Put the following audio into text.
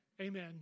amen